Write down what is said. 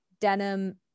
denim